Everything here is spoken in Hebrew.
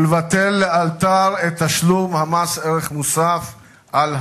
ולבטל לאלתר את תשלום מס ערך מוסף על המים.